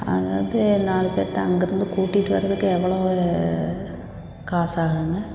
அதாவது நாலு பேர்த்தை அங்கேருந்து கூட்டிகிட்டு வரதுக்கு எவ்வளோவு காசு ஆகுங்க